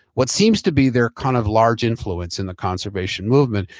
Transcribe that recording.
what seems to be their kind of large influence in the conservation movement.